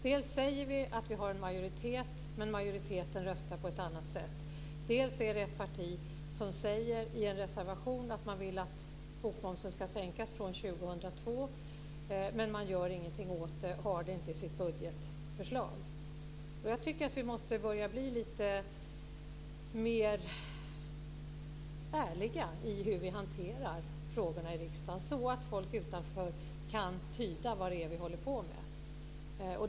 Dels säger vi att vi har en majoritet, men majoriteten röstar på ett annat sätt. Dels är det ett parti som säger i en reservation att man vill att bokmomsen ska sänkas från 2002, men man gör ingenting åt det och har inte med det i sitt budgetförslag. Jag tycker att vi måste börja bli lite mer ärliga om hur vi hanterar frågorna i riksdagen, så att folk utanför kan tyda vad det är vi håller på med.